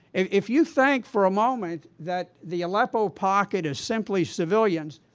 if you think for a moment that the aleppo pocket is simply civilians,